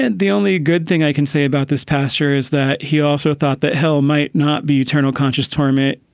and the only good thing i can say about this pastor is that he also thought that hell might not be eternal conscious torment.